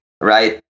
right